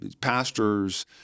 pastors